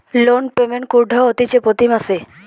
loan payment কুরঢ হতিছে প্রতি মাসে